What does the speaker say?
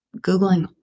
googling